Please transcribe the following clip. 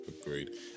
agreed